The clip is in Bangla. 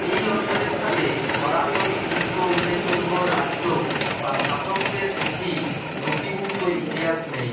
এই অঞ্চলের সাথে সরাসরি যুক্ত উল্লেখযোগ্য রাজ্য বা শাসকদের একটি নতিভুক্ত ইতিহাস নেই